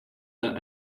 than